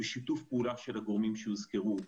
בשיתוף פעולה של הגורמים שהוזכרו,